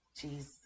Jesus